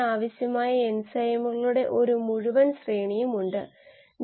ആയതിനാൽ ചുരുക്കത്തിൽ മൊഡ്യൂൾ 5 നോക്കുകയാണെങ്കിൽ അടുത്ത പ്രഭാഷണത്തിൽ മുഴുവൻ കോഴ്സും നമ്മൾ സംഗ്രഹിക്കും